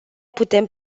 putem